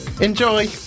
Enjoy